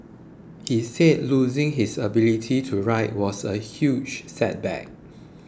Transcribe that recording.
he said losing his ability to write was a huge setback